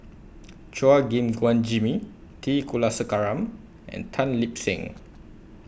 Chua Gim Guan Jimmy T Kulasekaram and Tan Lip Seng